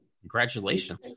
Congratulations